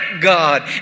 God